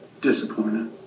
disappointed